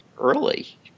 early